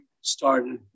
started